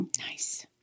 Nice